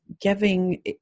giving